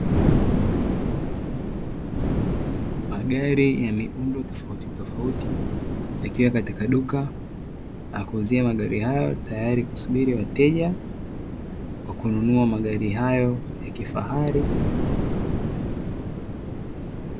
Magari ya miundo tofautitofauti yakiwa katika duka la kuuzia magari hayo, tayari kusubiri wateja wa kununua magari hayo ya kifahari.